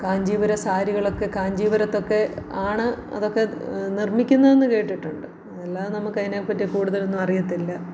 കാഞ്ചീപുരം സാരികളൊക്കെ കാഞ്ചീപുരത്തൊക്കെ ആണ് അതൊക്കെ നിർമ്മിക്കുന്നതെന്നു കേട്ടിട്ടുണ്ട് അല്ലാതെ നമുക്കതിനെപ്പറ്റി കൂടുതലൊന്നുമറിയത്തില്ല